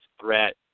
threat